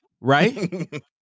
right